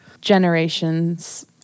generations